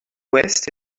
ouest